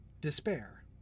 despair